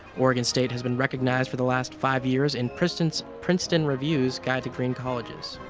oregon state has been recognized for the last five years in princeton so princeton review's guide to green colleges.